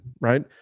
right